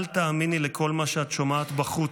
אל תאמיני לכל מה שאת שומעת בחוץ,